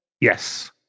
Yes